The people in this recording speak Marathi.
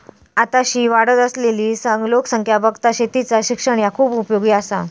आताशी वाढत असलली लोकसंख्या बघता शेतीचा शिक्षण ह्या खूप उपयोगी आसा